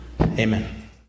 Amen